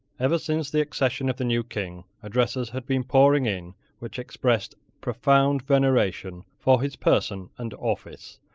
ever since the accession of the new king, addresses had been pouring in which expressed profound veneration for his person and office,